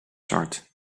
zwart